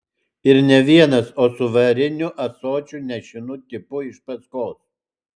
ir ne vienas o su variniu ąsočiu nešinu tipu iš paskos